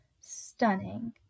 stunning